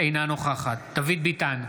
אינה נוכחת דוד ביטן,